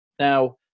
Now